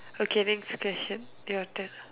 okay next question your turn